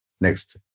Next